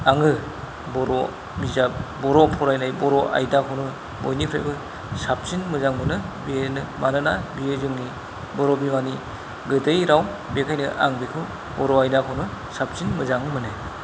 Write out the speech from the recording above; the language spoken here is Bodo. आङो बर' बिजाब बर' फरायनाय बर' आयदाखौनो बयनिफ्रायबो साबसिन मोजां मोनो बेनो मानोना बियो जोंनि बर' बिमानि गोदै राव बेखायनो आं बेखौ बर' आयदाखौनो साबसिन मोजां मोनो